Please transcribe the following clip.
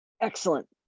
excellent